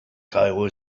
kairo